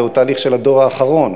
זהו תהליך של הדור האחרון.